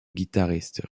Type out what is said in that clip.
guitariste